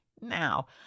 Now